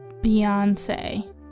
Beyonce